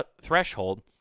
threshold